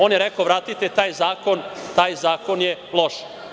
On je rekao – vratite taj zakon, taj zakon je loš.